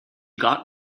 got